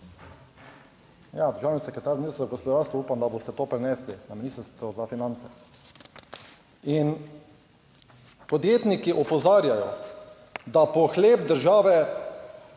državni sekretar, Ministrstvo za gospodarstvo, upam, da boste to prenesli na Ministrstvo za finance. In podjetniki opozarjajo, da pohlep države